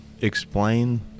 explain